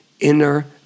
Inner